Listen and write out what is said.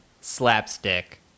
Slapstick